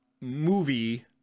movie